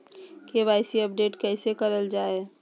KYC update कैसे करल जाहै?